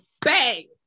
bang